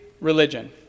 religion